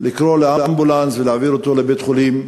לקרוא לאמבולנס ולהעביר אותו לבית-חולים,